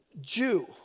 Jew